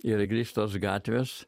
ir grįstos gatvės